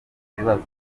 ibibazo